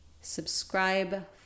subscribe